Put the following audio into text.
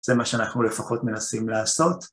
זה מה שאנחנו לפחות מנסים לעשות